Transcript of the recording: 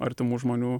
artimų žmonių